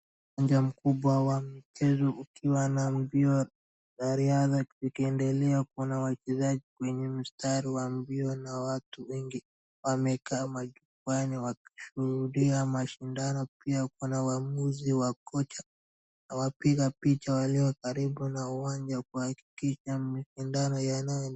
Uwanja wa michezo ukiwa na mbio ya riadha ukiendelea kuna wachezaji kwenye mstari wa mbio, kuna watu wengi wamekaa majukwaani wakishuhudia mashindano, pia kuna waamuzi wa kocha wanapiga picha karibu na uwanja kuhakikisha mashindano yanaendelea.